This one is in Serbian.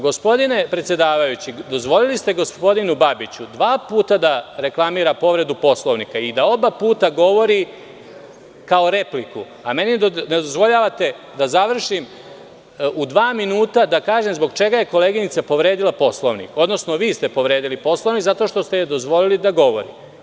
Gospodine predsedavajući, dozvolili ste gospodinu Babiću dva puta da reklamira povredu Poslovnika i da oba puta govori kao repliku, a meni ne dozvoljavate da završim, u dva minuta da kažem zbog čega je koleginica povredila Poslovnik, odnosno vi ste povredili Poslovnik zato što ste joj dozvolili da govori.